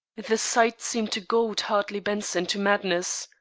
the sight seemed to goad hartley benson to madness.